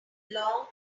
long